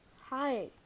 Hi